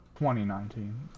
2019